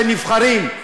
של נבחרים,